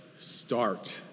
start